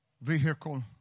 vehicle